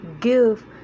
give